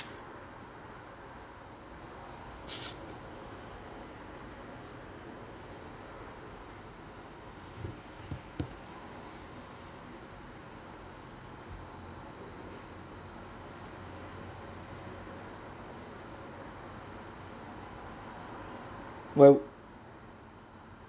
why